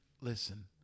listen